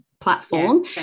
platform